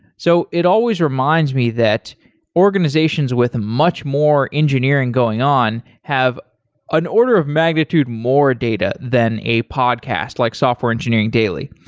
so it always reminds me that organizations with much more engineering going on have an order of magnitude more data, than a podcast like software engineering daily.